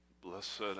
Blessed